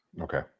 Okay